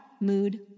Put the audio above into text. mood